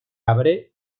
abre